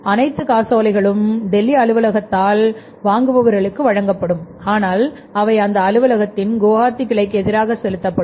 அனைத்து காசோலைகளும் டெல்லி அலுவலகத்தால் வாங்குபவர்களுக்கு வழங்கப்படும் ஆனால் அவை அந்த அலுவலகத்தின் குவாஹாட்டி கிளைக்கு எதிராக செலுத்தப்படும்